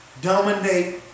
dominate